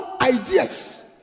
ideas